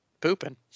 pooping